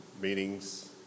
meetings